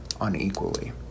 unequally